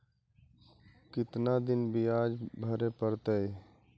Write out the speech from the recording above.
कितना दिन बियाज भरे परतैय?